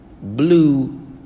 blue